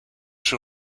sur